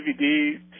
DVD